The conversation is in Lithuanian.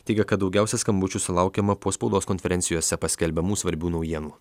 teigė kad daugiausia skambučių sulaukiama po spaudos konferencijose paskelbiamų svarbių naujienų